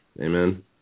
Amen